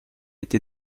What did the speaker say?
été